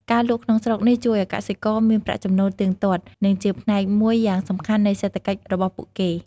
ការលក់ក្នុងស្រុកនេះជួយឱ្យកសិករមានប្រាក់ចំណូលទៀងទាត់ និងជាផ្នែកមួយយ៉ាងសំខាន់នៃសេដ្ឋកិច្ចរបស់ពួកគេ។